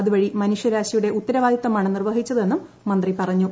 അതുവഴി മനുഷ്യരാശിയുടെ ഉത്തരവാദിത്തമാണ് നിർവ്വഹിച്ചതെന്നും മന്ത്രി പറഞ്ഞു